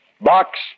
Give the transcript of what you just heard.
Box